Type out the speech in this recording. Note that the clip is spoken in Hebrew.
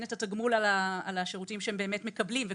את התגמול על השירותים שהם באמת מקבלים אגב,